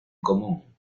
común